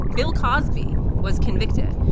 bill cosby was convicted.